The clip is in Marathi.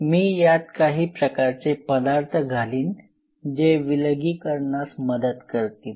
तर मी यात काही प्रकारचे पदार्थ घालीन जे विलगीकरणास मदत करतील